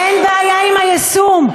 אין בעיה עם היישום,